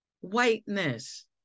Whiteness